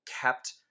kept